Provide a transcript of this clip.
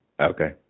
Okay